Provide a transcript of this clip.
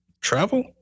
travel